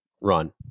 run